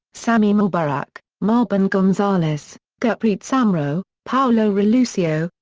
sammy mubarak, marbon gonzales, gurpreet samrow, paolo relucio,